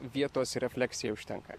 vietos refleksijai užtenka